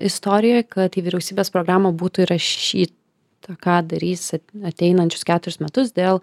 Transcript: istorijoje kad į vyriausybės programą būtų įrašyta ką darys ateinančius keturis metus dėl